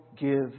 give